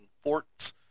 forts